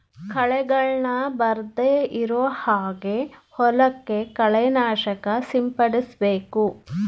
ಕಳೆಗಳನ್ನ ಬರ್ದೆ ಇರೋ ಹಾಗೆ ಹೊಲಕ್ಕೆ ಕಳೆ ನಾಶಕ ಸಿಂಪಡಿಸಬೇಕು